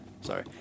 Sorry